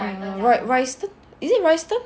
royston is it royston